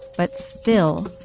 but still,